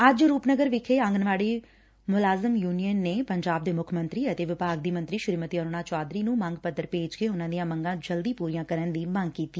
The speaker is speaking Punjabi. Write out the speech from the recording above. ਅੱਜ ਰੁਪਨਗਰ ਵਿਖੇ ਆਂਗਨਵਾਤੀ ਮੁਲਾਜ਼ਮ ਯੁਨੀਅਨ ਨੇ ਪੰਜਾਬ ਦੇ ਮੁੱਖ ਮੰਤਰੀ ਅਤੇ ਵਿਭਾਗ ਦੀ ਮੰਤਰੀ ਸ੍ਰੀਮਤੀ ਅਰੁਣਾ ਚੌਧਰੀ ਨੂੰ ਮੰਗ ਪੱਤਰ ਭੇਜ ਕੇ ਉਨੂੰ ਦੀਆਂ ਮੰਗਾਂ ਜਲਦ ਪੁਰੀਆਂ ਕਰਨ ਦੀ ਮੰਗ ਕੀਤੀ